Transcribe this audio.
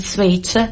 Switch